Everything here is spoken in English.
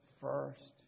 first